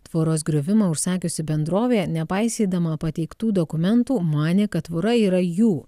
tvoros griuvimą užsakiusi bendrovė nepaisydama pateiktų dokumentų manė kad tvora yra jų